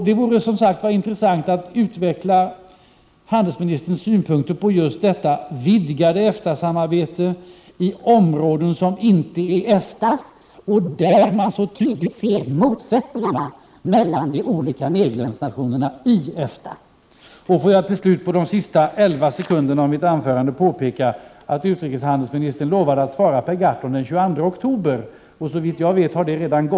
Det skulle som sagt vara intressant om utrikeshandelsministern ville utveckla sina synpunkter på detta vidgade EFTA-samarbete på områden som inte rör EFTA och där man så tydligt ser motsättningarna mellan de olika medlemsnationerna.